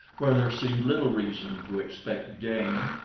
where there seemed little reason to expect game.